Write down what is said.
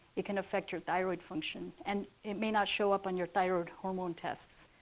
it can affect your thyroid function. and it may not show up on your thyroid hormone tests,